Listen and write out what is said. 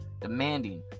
demanding